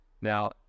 now